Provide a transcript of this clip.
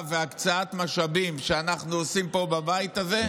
והקצאת משאבים שאנחנו עושים פה בבית הזה,